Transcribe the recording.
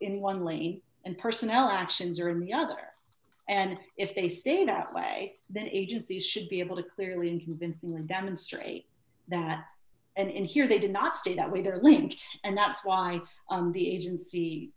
in one lane and personnel actions are in the other and if they stay that way then agencies should be able to clear and convincing and demonstrate that and here they did not stay that way they're linked and that's why the agency